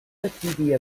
decidir